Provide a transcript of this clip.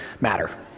matter